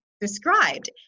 described